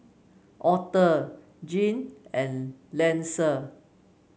Author Gene and Linsey